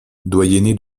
doyenné